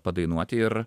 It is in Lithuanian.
padainuoti ir